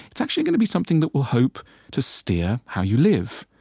it's actually going to be something that will hope to steer how you live.